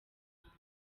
hanze